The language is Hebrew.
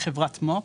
"חברת מו"פ"